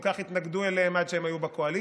כך התנגדו להם עד שהם היו בקואליציה,